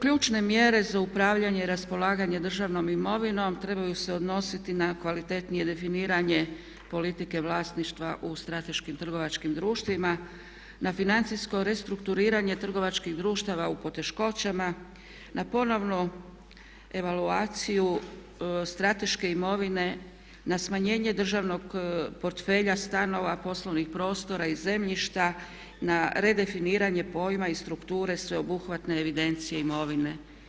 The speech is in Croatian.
Ključne mjere za upravljanje i raspolaganje državnom imovinom trebaju se odnositi na kvalitetnije definiranje politike vlasništva u strateškim trgovačkim društvima, na financijsko restrukturiranje trgovačkih društava u poteškoćama, na ponovnu evaluaciju strateške imovine, na smanjenje državnog portfelja, stanova, poslovnih prostora i zemljišta, na redefiniranje pojma i strukture sveobuhvatne evidencije imovine.